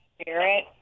spirit